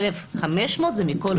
1,500 זה מכל העולם.